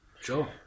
sure